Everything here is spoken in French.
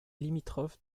limitrophe